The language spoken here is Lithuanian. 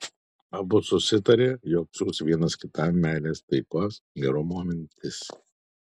abu susitarė jog siųs vienas kitam meilės taikos gerumo mintis